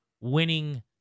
winning